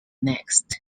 next